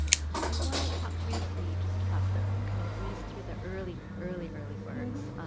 i want to talk briefly just about the kind of breeze through the early early early works.